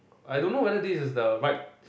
I don't know whether this is the right